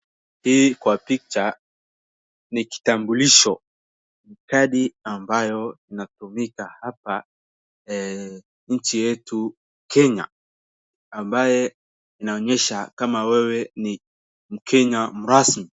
Hii kwa picha ni kitambulisho, kadi ambayo inatumika hapa nchi yetu Kenya ambayo inaonyesha kama wewe ni mkenya rasmi.